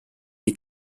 die